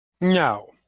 No